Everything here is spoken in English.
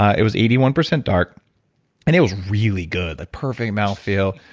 it was eighty one percent dark and it was really good, the perfect mouthfeel.